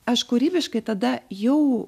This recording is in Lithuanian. aš kūrybiškai tada jau